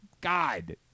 god